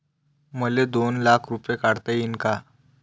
मले दोन लाख रूपे काढता येईन काय?